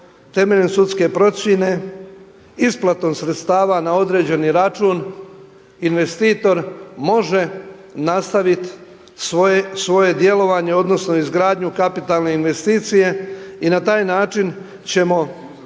temeljem sudske procjene isplatom sredstava na određeni račun investitor može nastaviti svoje djelovanje, odnosno izgradnju kapitalne investicije i na taj način ćemo